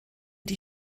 die